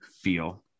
feel